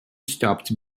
stopped